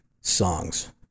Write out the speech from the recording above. songs